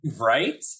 Right